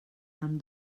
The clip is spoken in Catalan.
amb